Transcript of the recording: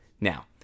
Now